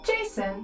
Jason